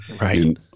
Right